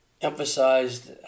emphasized